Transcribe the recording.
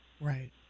Right